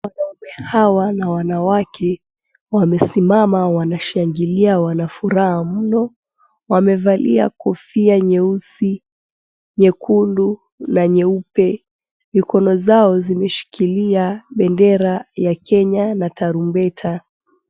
Wanaume hawa na wanawake wamesimama wanashangilia wana furaha mno. Wamevalia kofia nyeusi, nyekundu na nyeupe. Mikono zao zimeshikilia bendera ya Kenya na tarumbeta.